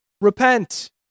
repent